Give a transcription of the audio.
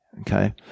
Okay